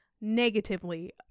negatively